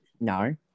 No